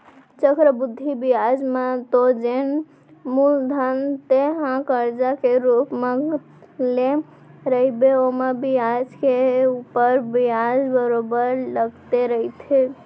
चक्रबृद्धि बियाज म तो जेन मूलधन तेंहा करजा के रुप म लेय रहिबे ओमा बियाज के ऊपर बियाज बरोबर लगते रहिथे